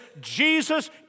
Jesus